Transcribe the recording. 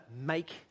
make